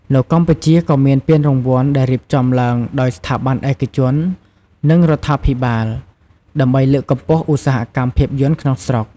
នៅកម្ពុជា ក៏មានពានរង្វាន់ដែលរៀបចំឡើងដោយស្ថាប័នឯកជន និងរដ្ឋាភិបាល ដើម្បីលើកកម្ពស់ឧស្សាហកម្មភាពយន្តក្នុងស្រុក។